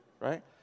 right